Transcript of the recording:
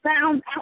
found